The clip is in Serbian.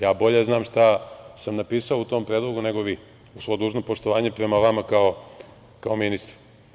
Ja bolje znam šta sam napisao u tom predlogu nego vi, uz svo dužno poštovanje prema vama kao ministru.